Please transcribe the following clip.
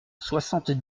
soixante